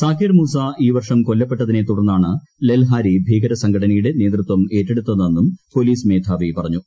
സാകിർ മൂസ ഈ വർഷം കൊല്ലപ്പെട്ടതിനെ തുടർന്നാണ് ലെൽഹാരി ഭീകരസംഘടനയുടെ നേതൃത്വം ഏറ്റെടുത്തതെന്നും പൊലീസ് മേധാവി പറഞ്ഞു